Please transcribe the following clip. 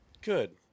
good